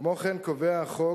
כמו כן קובע החוק